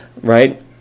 right